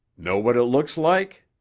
know what it looks like?